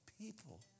people